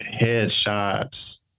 headshots